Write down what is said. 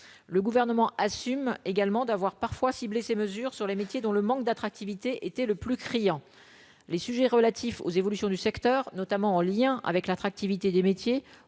le gouvernement assume également d'avoir parfois cibler ces mesures sur les métiers dont le manque d'attractivité, était le plus criant, les sujets relatifs aux évolutions du secteur, notamment en lien avec l'attractivité des métiers